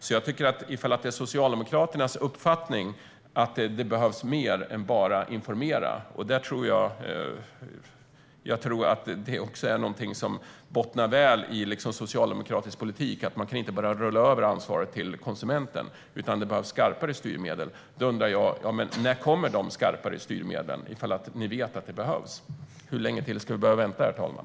Om det är Socialdemokraternas uppfattning att det behövs mer än att bara informera - det bottnar väl i socialdemokratisk politik att inte bara rulla över ansvaret till konsumenten - undrar jag när det kommer skarpare styrmedel. Hur länge till ska vi behöva vänta, herr talman?